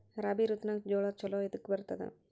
ರಾಬಿ ಋತುನಾಗ್ ಜೋಳ ಚಲೋ ಎದಕ ಬರತದ?